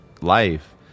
life